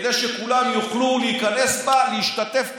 כדי שכולם יוכלו להיכנס בה, להשתתף בה.